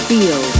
Feel